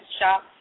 shop